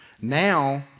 Now